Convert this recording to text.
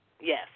Yes